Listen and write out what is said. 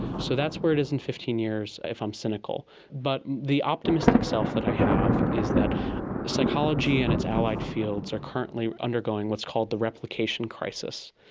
so that's where it is in fifteen years, if i'm cynical. but the optimistic self that i have is that psychology and its allied fields are currently undergoing what's called the replication crisis,